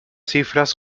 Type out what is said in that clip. cifras